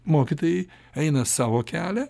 mokytojai eina savo kelią